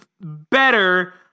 better